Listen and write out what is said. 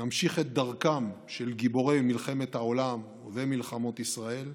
נמשיך את דרכם של גיבורי מלחמת העולם ומלחמות ישראל.